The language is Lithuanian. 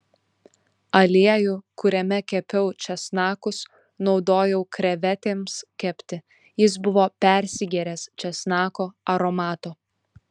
aliejų kuriame kepiau česnakus naudojau krevetėms kepti jis buvo persigėręs česnako aromato